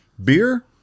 Beer